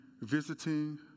visiting